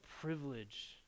privilege